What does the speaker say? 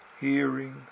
hearing